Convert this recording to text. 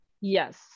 yes